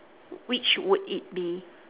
which would it be